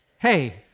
Hey